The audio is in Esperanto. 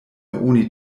oni